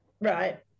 right